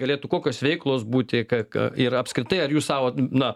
galėtų kokios veiklos būti k k ir apskritai ar jūs sau na